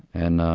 and